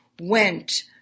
went